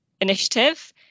initiative